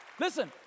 Listen